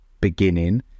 beginning